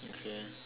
okay